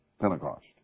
Pentecost